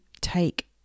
take